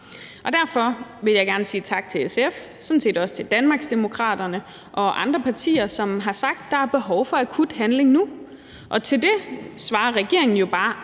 Derfor vil jeg gerne sige tak til SF og sådan set også til Danmarksdemokraterne og andre partier, som har sagt, at der er behov for akut handling nu. Og til det svarer regeringen jo bare,